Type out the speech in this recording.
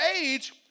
age